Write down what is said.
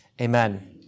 Amen